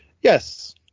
yes